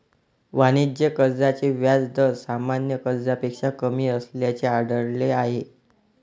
वाणिज्य कर्जाचे व्याज दर सामान्य कर्जापेक्षा कमी असल्याचे आढळले आहे